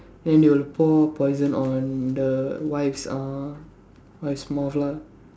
then they will pour poison on the wife's uh wife's mouth lah